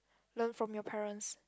learnt from your parents